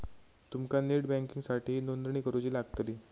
तुमका नेट बँकिंगसाठीही नोंदणी करुची लागतली